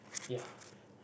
ya